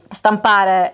stampare